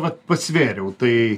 vat pasvėriau tai